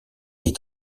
est